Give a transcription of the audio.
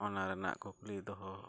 ᱚᱱᱟ ᱨᱮᱱᱟᱜ ᱠᱩᱠᱞᱤ ᱫᱚᱦᱚ